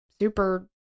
super